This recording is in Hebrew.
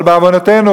אבל בעוונותינו,